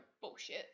bullshit